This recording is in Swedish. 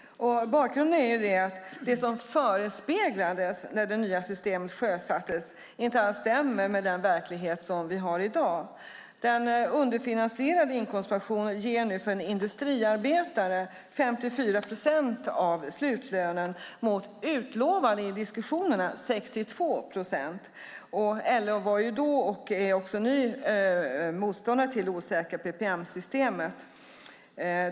Bakgrunden är att det som förespeglades när det nya systemet sjösattes inte alls stämmer med den verklighet vi har i dag. Den underfinansierade inkomstpensionen ger nu för en industriarbetare 54 procent av slutlönen, mot i diskussionerna utlovade 62 procent. LO var då och är också nu motståndare till det osäkra PPM-systemet.